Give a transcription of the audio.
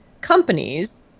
companies